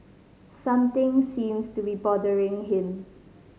something seems to be bothering him